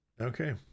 okay